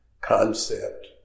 concept